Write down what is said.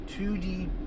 2D